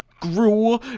grool.